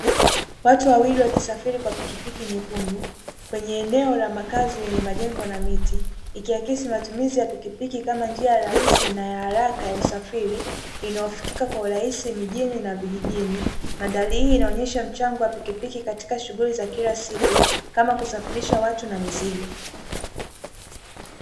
Watu wawili wakisafiri kwa pikipiki nyekundu, kwenye eneo la makazi lenye majengo na miti, ikiakisi matumizi ya pikpiki kama njia rahisi na ya haraka ya usafiri, inayofikika kwa urahisi mjini na vijijini. Mandhari hii inaonyesha mchango wa pikipiki katika shughuli za kila siku, kama kusafirisha watu na mizigo.